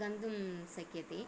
गन्तुं शक्यते